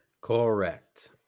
Correct